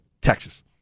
Texas